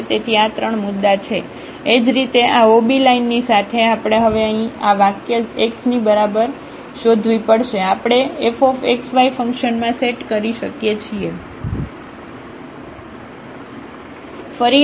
તેથી આ ત્રણ મુદ્દા છે એ જ રીતે આ OB લાઇનની સાથે આપણે હવે અહીં આ વાક્ય x ની બરાબર શોધવી પડશે આપણે fxy ફંક્શનમાં સેટ કરી શકીએ છીએ